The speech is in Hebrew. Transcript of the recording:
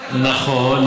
נכון,